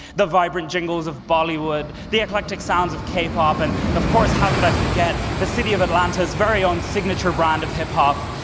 the vibrant jingles of bollywood, the eclectic sounds of k-pop, and of course, how could i forget, the city of atlanta's very own signature brand of hip-hop.